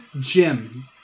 Jim